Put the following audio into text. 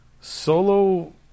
solo